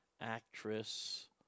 actress